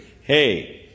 hey